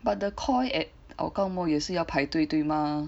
but the Koi at Hougang mall 也是要排队对吗